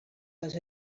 les